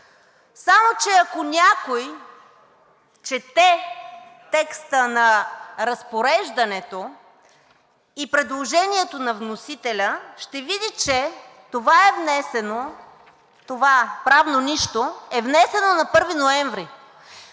Само че, ако някой чете текста на разпореждането и предложението на вносителя, ще види, че това е внесено, това правно нищо, е внесено на 1 ноември